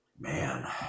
man